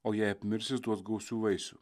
o jei apmirs jis duos gausių vaisių